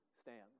stands